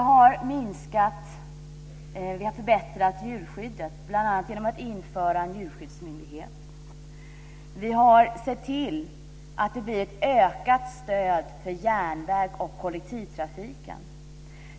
Djurskyddet har förbättrats, bl.a. genom inrättandet av en djurskyddsmyndighet. Vi har sett till att det blir ett ökat stöd för järnväg och kollektivtrafik.